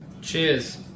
Cheers